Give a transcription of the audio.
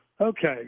Okay